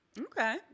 Okay